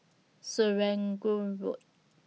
Serangoon Road